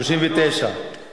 בבקשה, בבקשה.